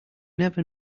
never